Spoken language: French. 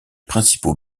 principaux